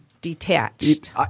detached